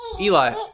Eli